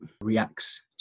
reacts